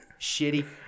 Shitty